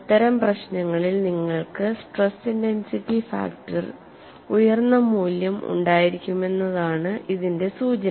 അത്തരം പ്രശ്നങ്ങളിൽ നിങ്ങൾക്ക് സ്ട്രെസ് ഇന്റെൻസിറ്റി ഫാക്ടർ ഉയർന്ന മൂല്യം ഉണ്ടായിരിക്കുമെന്നതാണ് ഇതിന്റെ സൂചന